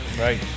Right